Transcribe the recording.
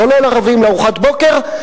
זולל ערבים לארוחת בוקר,